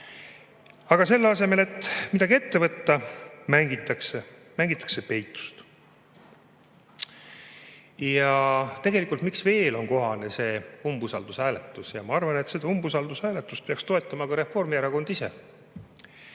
Selle asemel, et midagi ette võtta, mängitakse peitust. Ja tegelikult, miks veel on kohane see umbusaldushääletus, ja ma arvan, et seda umbusaldushääletust peaks toetama ka Reformierakond ise.